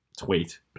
tweet